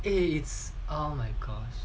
it's all my because